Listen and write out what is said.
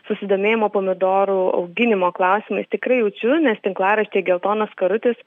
susidomėjimą pomidorų auginimo klausimais tikrai jaučiu nes tinklaraštyje geltonas karutis